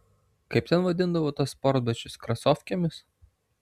kaip ten vadindavo tuos sportbačius krasofkėmis